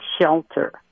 shelter